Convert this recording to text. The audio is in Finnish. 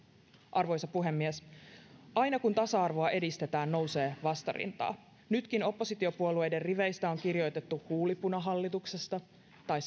arvoisa puhemies aina kun tasa arvoa edistetään nousee vastarintaa nytkin oppositiopuolueiden riveistä on kirjoitettu huulipunahallituksesta tai